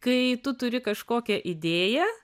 kai tu turi kažkokią idėją